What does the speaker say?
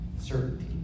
certainty